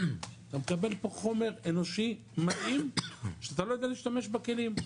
אתה מקבל פה חומר אנושי מתאים שאתה לא יודע להשתמש בכלים'.